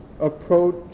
approach